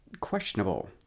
questionable